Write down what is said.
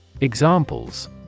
Examples